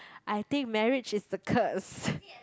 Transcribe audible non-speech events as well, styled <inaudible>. I think marriage is the curse <breath>